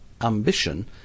Ambition